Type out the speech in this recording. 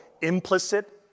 implicit